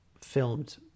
filmed